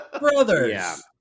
Brothers